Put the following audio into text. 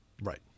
Right